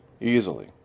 Easily